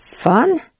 fun